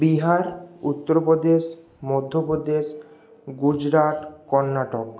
Bihar Uttar Pradesh Madhya Pradesh Gujarat Karnataka